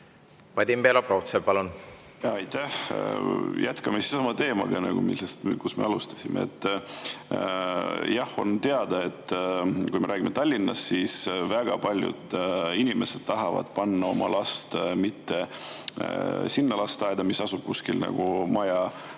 Vadim Belobrovtsev, palun! Aitäh! Jätkame sama teemaga, millest me alustasime. Jah, on teada, et kui me räägime Tallinnast, siis väga paljud inimesed tahavad panna oma lapse mitte sinna lasteaeda, mis asub kuskil [kodu]